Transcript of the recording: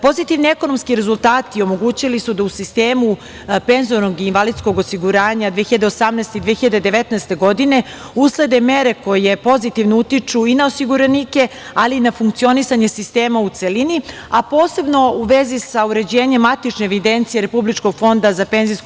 Pozitivni ekonomski rezultati omogućili su da u sistemu penzionog i invalidskog osiguranja 2018. i 2019. godine uslede mere koje pozitivno utiču i na osiguranike, ali i na funkcionisanje sistema u celini, a posebno u vezi sa uređenjem matične evidencije Republičkog fonda za PIO.